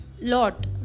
lot